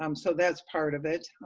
um so that's part of it,